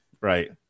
Right